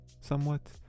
somewhat